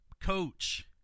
coach